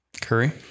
Curry